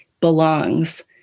belongs